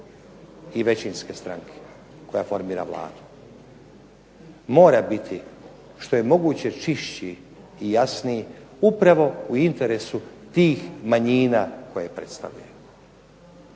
i većinske stranke koja formira Vladu mora biti što je moguće čišći i jasniji upravo u interesu tih manjina koje predstavljaju.